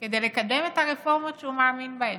כדי לקדם את הרפורמות שהוא מאמין בהן,